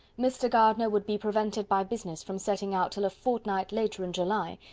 mr. gardiner would be prevented by business from setting out till a fortnight later in july,